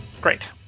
great